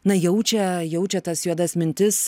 na jaučia jaučia tas juodas mintis